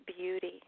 beauty